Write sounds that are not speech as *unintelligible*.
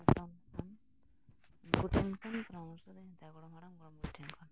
*unintelligible* ᱩᱱᱠᱩ ᱴᱷᱮᱱ ᱠᱷᱚᱱ ᱯᱚᱨᱟᱢᱚᱨᱥᱚᱫᱩᱧ ᱦᱟᱛᱟᱣᱟ ᱜᱚᱲᱚᱢ ᱦᱟᱲᱟᱢ ᱜᱚᱲᱚᱢ ᱵᱩᱰᱷᱤ ᱴᱷᱮᱱ ᱠᱷᱚᱱ